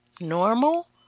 normal